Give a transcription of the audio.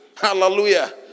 Hallelujah